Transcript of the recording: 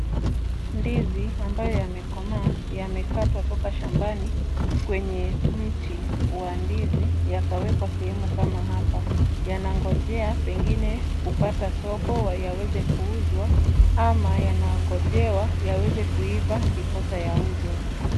Ndizi ambayo yamekomaa, yamekatwa hapo kwa shambani kwenye mti wa ndizi, yakawekwa sehemu kama hapa. Yanangojea pengine, kupata soko yaweze kuuzwa ama yanangojewa yaweze kuiva ndiposa yauzwe.